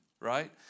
Right